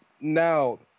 now